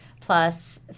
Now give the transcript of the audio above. plus